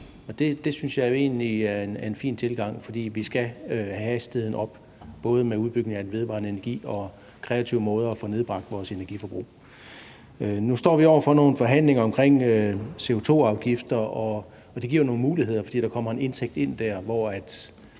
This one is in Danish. jo egentlig er en fin tilgang, for vi skal have hastigheden op, både hvad angår udbygning af den vedvarende energi og kreative måder at få nedbragt vores energiforbrug på. Nu står vi over for nogle forhandlinger om CO2-afgifter, og det giver jo nogle muligheder, fordi der kommer en indtægt ind der, hvoraf